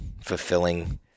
fulfilling